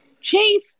Chase